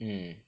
mm